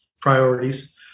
priorities